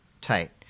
Tight